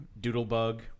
Doodlebug